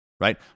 right